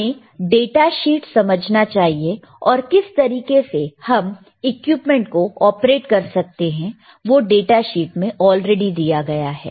हमें डेटाशीट समझना चाहिए और किस तरीके से हम इक्विपमेंट को ऑपरेट कर सकते हैं वो डेटाशीट में ऑलरेडी दिया गया है